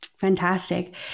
Fantastic